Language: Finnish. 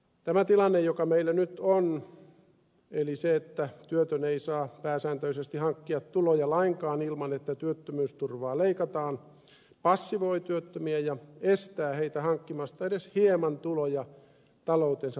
tämä tilanne joka meillä nyt on eli se että työtön ei saa pääsääntöisesti hankkia tuloja lainkaan ilman että työttömyysturvaa leikataan passivoi työttömiä ja estää heitä hankkimasta edes hieman tuloja taloutensa parantamiseksi